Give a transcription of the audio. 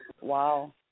Wow